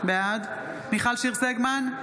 בעד מיכל שיר סגמן,